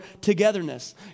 togetherness